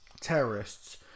Terrorists